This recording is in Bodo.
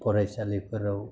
फरायसालिफोराव